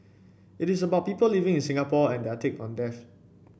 it is about people living in Singapore and their take on death